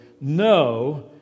no